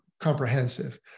comprehensive